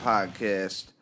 Podcast